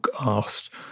asked